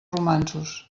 romanços